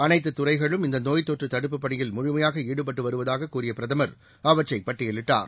அனைத்துதுறைகளும் இந்த நோய் தொற்று தடுப்புப் பணியில் முழுமையாக ஈடுபட்டு வருவதாக கூறிய பிரதமர் அவற்றை பட்டியலிட்டார்